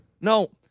No